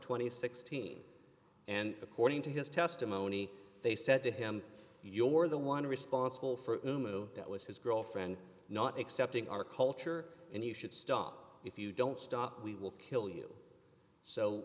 and sixteen and according to his testimony they said to him your the one responsible for noumenal that was his girlfriend not accepting our culture and you should stop if you don't stop we will kill you so